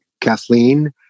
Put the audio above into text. Kathleen